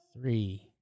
Three